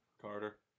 Carter